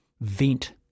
Vent